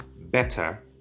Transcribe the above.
better